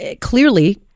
clearly